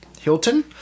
Hilton